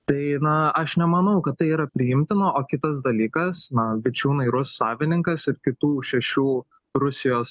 tai na aš nemanau kad tai yra priimtina o kitas dalykas na vičiūnai rus savininkas ir kitų šešių rusijos